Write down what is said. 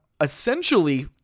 essentially